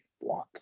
want